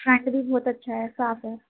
front بھی بہت اچھا ہے صاف ہے